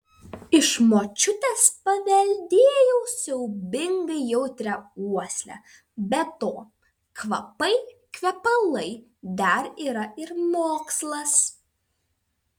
iš močiutės paveldėjau siaubingai jautrią uoslę be to kvapai kvepalai dar yra ir mokslas